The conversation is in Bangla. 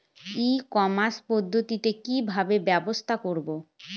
ই কমার্স পদ্ধতিতে কি ভাবে ব্যবসা করব?